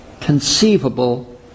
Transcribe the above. conceivable